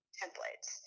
templates